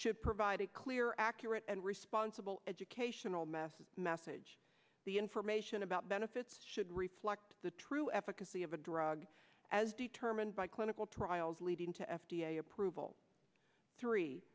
should provide a clear accurate and responsible educational method message the information about benefits should reflect the true efficacy of a drug as determined by clinical trials leading to f d a approval three